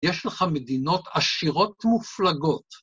יש לך מדינות עשירות מופלגות.